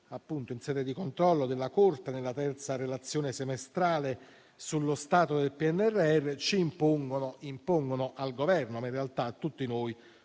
unite in sede di controllo della Corte nella terza relazione semestrale sullo stato del PNRR impongono al Governo, ma in realtà a tutti noi,